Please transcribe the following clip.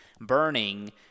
burning